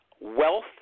Wealth